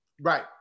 Right